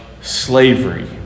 slavery